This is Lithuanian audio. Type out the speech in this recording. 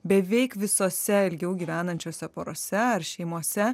beveik visose ilgiau gyvenančiose porose ar šeimose